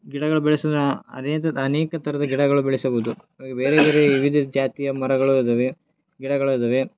ಗಿಡಗಳು ಬೆಳೆಸುದು ಅನೇಕ ಅನೇಕ ಥರದ ಗಿಡಗಳು ಬೆಳೆಸಬಹುದು ಹಾಗೆ ಬೇರೆ ಬೇರೆ ವಿವಿಧ ಜಾತಿಯ ಮರಗಳು ಅದವೆ ಗಿಡಗಳು ಅದವೆ